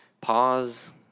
pause